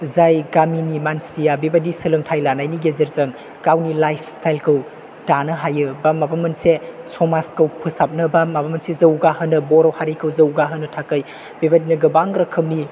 जाय गामिनि मानसिया बेबायदि सोलोंथाइ लानायनि गेजेरजों गावनि लाइफ स्टाइलखौ दानो हायो बा माबा मोनसे समाजखौ फोसाबनो बा माबा मोनसे जौगा होनो बर' हारिखौ जौगा होनो थाखाय बेबायदिनो गोबां रोखोमनि